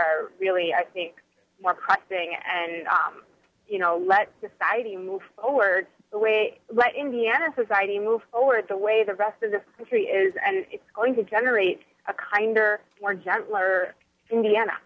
are really i think more pressing and you know let society move over to let indiana society move forward the way the rest of the country is and it's going to generate a kinder gentler indiana